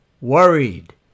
worried